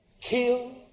kill